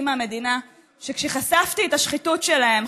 מהמדינה שכשחשפתי את השחיתות שלהם,